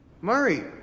Murray